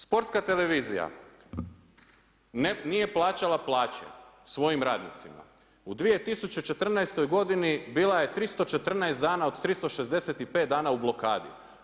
Sportska televizija nije plaćala plaće svojim radnicima u 2014. godini bila je 314 dana od 365 dana u blokadi.